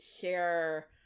share